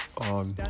on